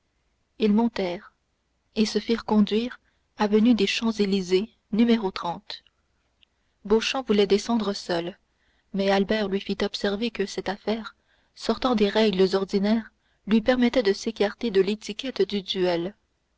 ils montèrent et se firent conduire avenue des champs-élysées n bouchant voulait descendre seul mais albert lui fit observer que cette affaire sortant des règles ordinaires lui permettait de s'écarter de l'étiquette du duel